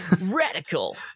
radical